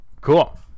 Cool